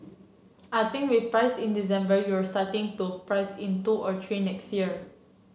I think we've priced in December you're starting to price in two or three next year